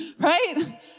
Right